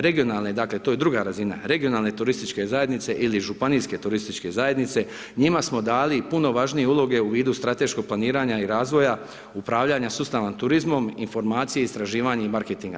Regionalne, dakle to je druga razina, regionalne turističke zajednice ili županijske turističke zajednice njima smo dali puno važnije uloge u vidu strateškog planiranja i razvoja upravljanja sustava turizmom, informacije, istraživanje i marketinga.